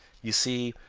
you see,